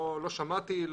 לא שמעתי,